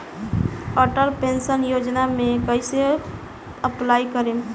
Atal pension Yojana मे कैसे apply करेम?